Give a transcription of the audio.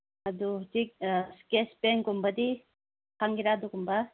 ꯑꯗꯣ ꯍꯧꯖꯤꯛ ꯏꯁꯀꯦꯁ ꯄꯦꯡꯒꯨꯝꯕꯗꯤ ꯐꯪꯒꯦꯔꯥ ꯑꯗꯨꯒꯨꯝꯕ